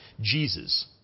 Jesus